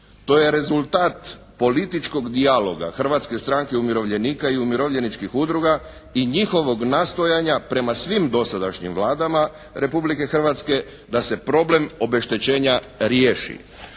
To je rezultat političkog dijaloga Hrvatske stranke umirovljenika i umirovljeničkih udruga i njihovog nastojanja prema svim dosadašnjim vladama Republike Hrvatske da se problem obeštećenja riješi.